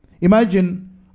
Imagine